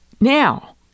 now